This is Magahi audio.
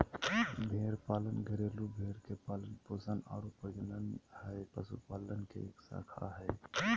भेड़ पालन घरेलू भेड़ के पालन पोषण आरो प्रजनन हई, पशुपालन के एक शाखा हई